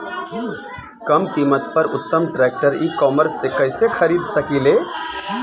कम कीमत पर उत्तम ट्रैक्टर ई कॉमर्स से कइसे खरीद सकिले?